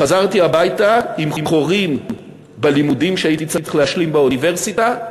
חזרתי הביתה עם חורים בלימודים שהייתי צריך להשלים באוניברסיטה,